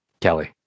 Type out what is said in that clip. Kelly